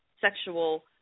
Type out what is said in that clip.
sexual